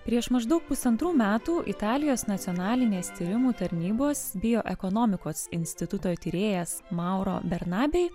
prieš maždaug pusantrų metų italijos nacionalinės tyrimų tarnybos bioekonomikos instituto tyrėjas mauro bernabei